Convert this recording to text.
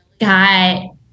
got